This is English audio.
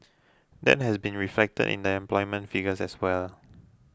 that has been reflected in the employment figures as well